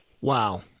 wow